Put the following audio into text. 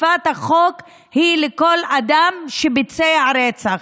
שפת החוק היא לכל אדם שביצע רצח,